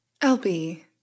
LB